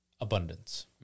abundance